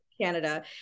Canada